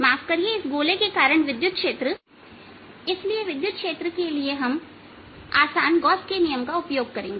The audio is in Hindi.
माफ करिए इस गोले के कारण विद्युत क्षेत्र इसलिए विद्युत क्षेत्र के लिए हम आसान गॉस के नियम का उपयोग करेंगे